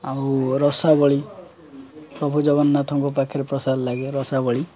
ଆଉ ରସାବଳି ପ୍ରଭୁ ଜଗନ୍ନାଥଙ୍କ ପାଖରେ ପ୍ରସାଦ ଲାଗେ ରସାବଳି